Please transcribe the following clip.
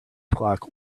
clock